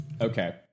Okay